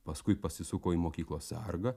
paskui pasisuko į mokyklos sargą